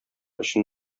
өчен